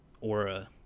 aura